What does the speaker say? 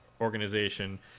organization